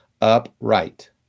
upright